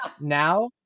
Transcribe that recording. now